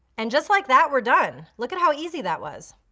and just like that we're done. look at how easy that was.